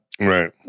Right